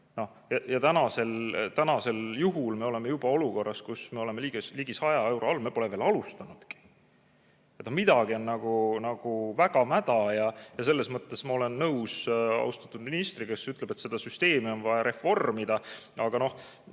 Ja tänasel juhul me oleme juba olukorras, kus me oleme lähedal 100 eurole, ent me pole veel alustanudki. Midagi on väga mäda ja selles mõttes ma olen nõus austatud ministriga, kes ütleb, et seda süsteemi on vaja reformida. Aga